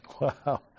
Wow